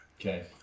Okay